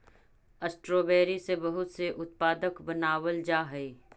strawberry से बहुत से उत्पाद बनावाल जा हई